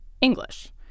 English